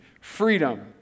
Freedom